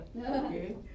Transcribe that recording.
okay